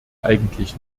eigentlich